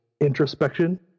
introspection